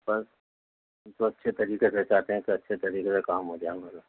پر ہم تو اچھے طریقے سے چاہتے ہیں کہ اچھے طریقے سے کام ہو جائے ہمارا